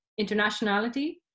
internationality